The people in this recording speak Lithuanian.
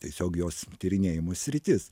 tiesiog jos tyrinėjimų sritis